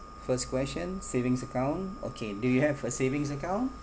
first question savings account okay do you have a savings account